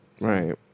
Right